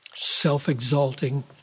self-exalting